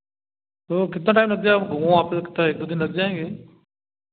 तो कितना टाइम लग जाएगा वह वहाँ पर लगता है एक दो दिन लग जाएँगे